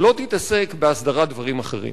שלא תתעסק בהסדרת דברים אחרים.